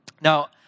Now